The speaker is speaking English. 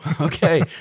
okay